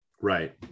Right